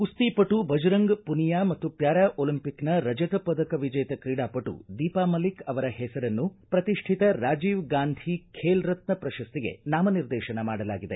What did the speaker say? ಕುಸ್ತಿಪಟು ಭಜರಂಗ್ ಪುನಿಯಾ ಮತ್ತು ಪ್ಕಾರಾ ಒಲಿಂಪಿಕ್ನ ರಜತ ಪದಕ ವಿಜೇತ ಕ್ರೀಡಾಪಟು ದೀಪಾ ಮಲಿಕ್ ಅವರ ಹೆಸರನ್ನು ಪ್ರತಿಷ್ಠಿಕ ರಾಜೀವ್ ಗಾಂಧಿ ಖೇಲ್ ರತ್ನ ಪ್ರಶಸ್ತಿಗೆ ನಾಮನಿರ್ದೇಶನ ಮಾಡಲಾಗಿದೆ